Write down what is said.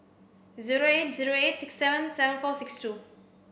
zero eight zero eight six seven seven four six two